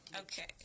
Okay